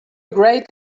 great